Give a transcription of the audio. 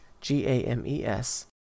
G-A-M-E-S